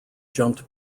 jumped